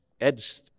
edge